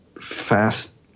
fast